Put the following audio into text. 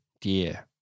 dear